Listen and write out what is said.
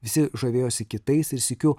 visi žavėjosi kitais ir sykiu